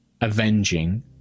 avenging